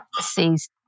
sees